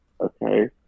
okay